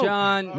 John